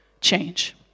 change